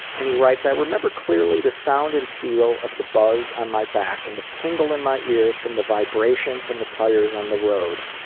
and he writes, i remember clearly the sound and feel of the buzz on my back and the tingle in my ears from the vibration from the tires on the road.